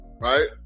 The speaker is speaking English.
right